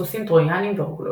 סוסים טרויאנים ורוגלות,